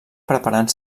preparant